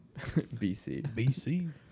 BC